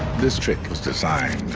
this trick was designed